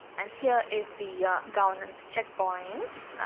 and here is the governance checkpoints,